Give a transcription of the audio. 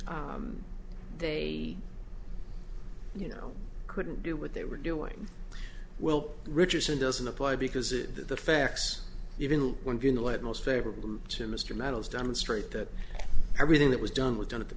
they you know couldn't do what they were doing well richardson doesn't apply because it the facts even when going to what most favorable to mr metals demonstrate that everything that was done was done at the